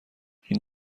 این